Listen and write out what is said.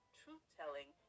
truth-telling